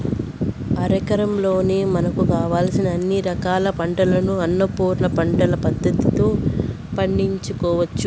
అరెకరంలోనే మనకు కావలసిన అన్ని రకాల పంటలను అన్నపూర్ణ పంటల పద్ధతిలో పండించుకోవచ్చు